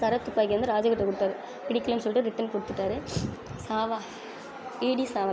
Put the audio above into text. சரத் துப்பாக்கியை வந்து ராஜகுரு கிட்ட கொடுத்தாரு பிடிக்கலைன்னு சொல்லிட்டு ரிட்டன் கொடுத்துட்டாரு சாவா இ டி சாவர்க்கர்